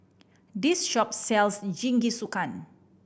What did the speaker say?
this shop sells Jingisukan